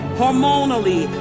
hormonally